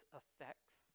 effects